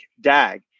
DAG